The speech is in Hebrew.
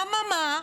אממה,